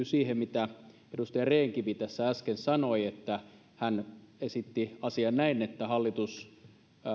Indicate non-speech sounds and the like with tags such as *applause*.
*unintelligible* siihen mitä edustaja rehn kivi tässä äsken sanoi hän esitti asian näin että hallitus